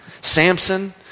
Samson